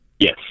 Yes